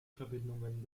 verbindungen